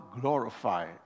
glorify